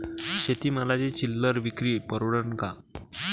शेती मालाची चिल्लर विक्री परवडन का?